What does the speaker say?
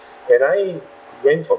when I went from